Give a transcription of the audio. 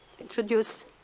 introduce